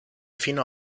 fino